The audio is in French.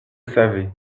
savez